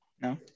No